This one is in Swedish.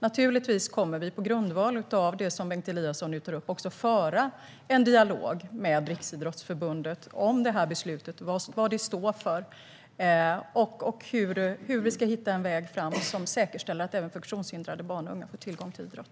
Naturligtvis kommer vi på grundval av det som Bengt Eliasson nu tar upp också att föra en dialog med Riksidrottsförbundet om detta beslut, vad det står för och hur vi ska hitta en väg framåt som säkerställer att även funktionshindrade barn och unga får tillgång till idrott.